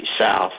South